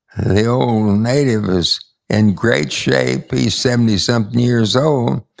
the old native is in great shape, he's seventy something years old,